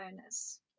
owners